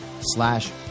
slash